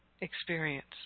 experience